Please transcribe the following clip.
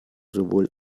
sowohl